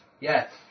Yes